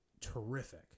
terrific